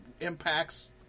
Impact's